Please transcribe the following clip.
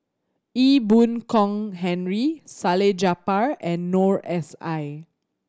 Ee Boon Kong Henry Salleh Japar and Noor S I